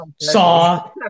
saw